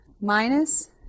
minus